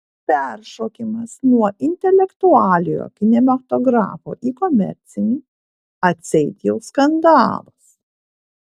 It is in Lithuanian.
peršokimas nuo intelektualiojo kinematografo į komercinį atseit jau skandalas